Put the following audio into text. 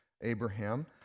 Abraham